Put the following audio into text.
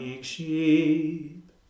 sheep